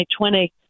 2020